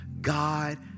God